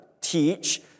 teach